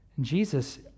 Jesus